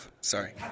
Sorry